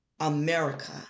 America